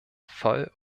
voll